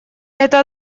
это